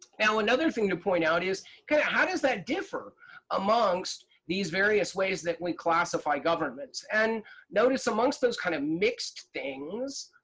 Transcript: now another thing to point out is kind of how does that differ amongst these various ways that we classify governments? and notice, amongst those kind of mixed things,